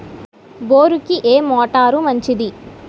బోరుకి ఏ మోటారు మంచిది?